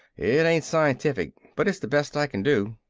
it ain't scientific, but it's the best i can do.